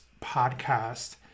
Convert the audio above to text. podcast